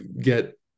get